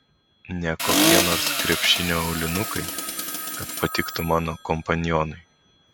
ne kokie nors krepšinio aulinukai kad patiktų mano kompanionui